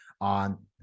on